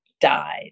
died